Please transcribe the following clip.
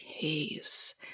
case